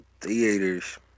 theaters